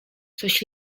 coś